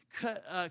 cut